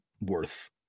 worth